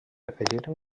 afegiren